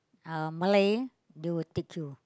uh Malay they will take you